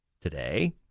today